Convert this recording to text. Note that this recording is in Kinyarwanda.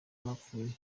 bapfuye